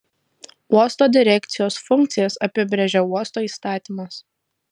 uosto direkcijos funkcijas apibrėžia uosto įstatymas